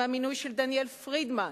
עם המינוי של דניאל פרידמן,